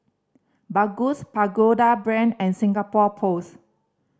Baggus Pagoda Brand and Singapore Post